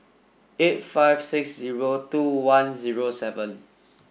eight five six zero two one zero seven